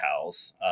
house